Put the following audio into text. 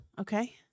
Okay